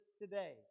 today